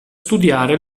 studiare